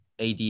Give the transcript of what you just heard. AD